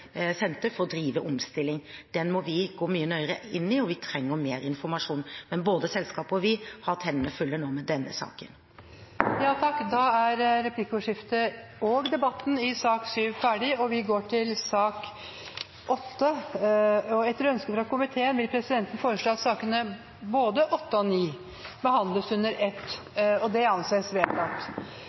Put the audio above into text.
for å drive omstilling. Den må vi gå mye nøyere inn i, og vi trenger mer informasjon. Men både selskapet og vi har hatt hendene fulle nå med denne saken. Replikkordskiftet er omme. Flere har ikke bedt om ordet til sak nr. 7. Etter ønske fra familie- og kulturkomiteen vil presidenten foreslå at sakene nr. 8 og 9 behandles under ett. – Det anses vedtatt.